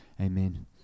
amen